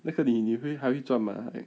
那个你你还会赚吗